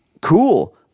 cool